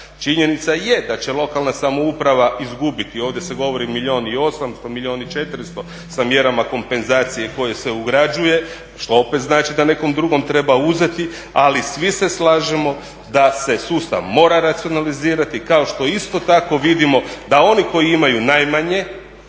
Činjenica je da će lokalna samouprava izgubiti. Ovdje se govori milijun i 800, milijun i 400 sa mjerama kompenzacije koje se ugrađuje što opet znači da nekom drugom treba uzeti. Ali svi se slažemo da se sustav mora racionalizirati kao što isto tako vidimo da oni koji imaju najmanje